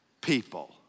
people